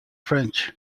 french